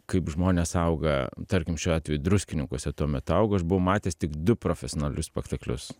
kaip žmonės auga tarkim šiuo atveju druskininkuose tuomet augau aš buvau matęs tik du profesionalius spektaklius